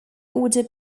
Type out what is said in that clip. order